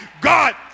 God